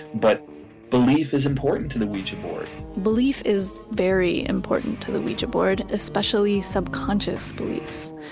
but belief is important to the ouija board belief is very important to the ouija board, especially subconscious beliefs.